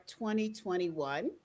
2021